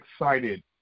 excited